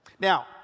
now